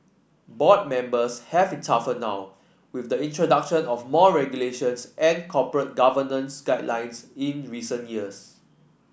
board members have it tougher now with the introduction of more regulations and corporate governance guidelines in recent years